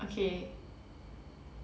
okay